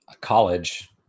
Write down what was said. College